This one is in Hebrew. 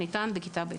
ניתנת בכיתה ב'.